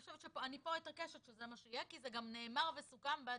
אני פה אתעקש שזה מה שיהיה כי זה גם נאמר וסוכם בדיון.